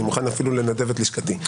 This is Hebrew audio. אני מוכן אפילו לנדב את לשכתי.